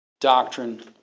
doctrine